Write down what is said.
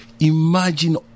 Imagine